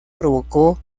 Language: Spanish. provocó